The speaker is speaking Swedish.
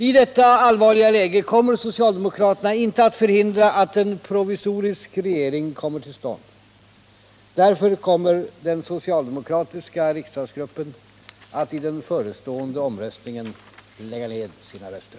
I detta allvarliga läge kommer socialdemokraterna inte att förhindra att en provisorisk regering kommer till stånd. Därför kommer den socialdemokratiska riksdagsgruppen att i den förestående omröstningen lägga ned sina röster.